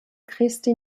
christi